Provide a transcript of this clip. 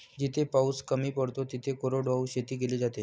जिथे पाऊस कमी पडतो तिथे कोरडवाहू शेती केली जाते